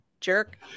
Jerk